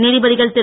நீதிபதிகள் திரு